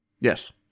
Yes